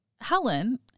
Helen